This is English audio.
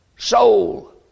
Soul